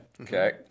Okay